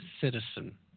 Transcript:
citizen